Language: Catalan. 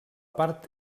part